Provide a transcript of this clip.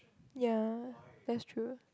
ya that's true